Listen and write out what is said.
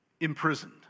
imprisoned